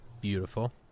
Beautiful